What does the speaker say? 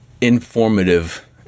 informative